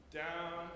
down